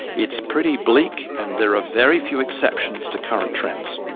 it's pretty bleak and there are very few exceptions to current trends.